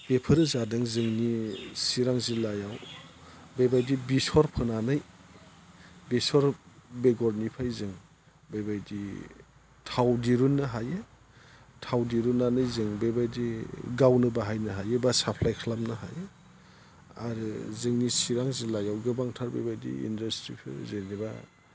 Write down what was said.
बेफोरो जादों जोंनि चिरां जिल्लायाव बेबायदि बिसर फोनानै बेसर बेगरनिफ्राय जों बेबायदि थाव दिरुननो हायो थाव दिरुननानै जों बेबायदि गावनो बाहायनो हायो बा साफ्लाय खालामनो हायो आरो जोंनि चिरां जिल्लायाव गोबांथार बेबायदि इन्डासट्रिफोर जेनोबा